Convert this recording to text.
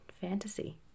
fantasy